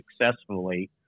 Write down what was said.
successfully